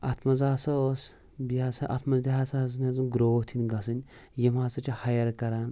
اَتھ منٛز ہَسا اوس بیٚیہِ ہَسا اَتھ منٛز تہِ ہَسا ہؠژٕن گرٛوتھ یِنۍ گَژھٕنۍ یِم ہَسا چھِ ہایِٔر کَران